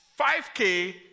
5K